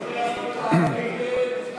ההצעה להסיר